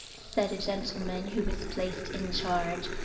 said a gentleman who was placed in charge.